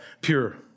pure